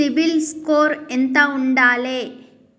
CIBIL score ఎంత ఉండాలే?